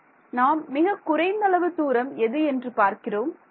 மாணவர் நாம் மிகக் குறைந்த அளவு தூரம் எது என்று பார்க்கிறோம்